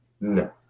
no